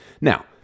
Now